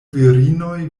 virinoj